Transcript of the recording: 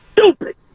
stupid